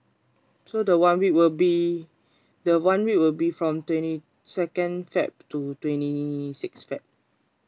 so the one week will be that one week will be from twenty second feb to twenty six february